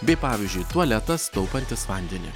bei pavyzdžiui tualetas taupantis vandenį